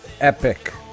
Epic